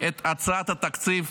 את הצעת התקציב